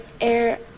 air